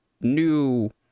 new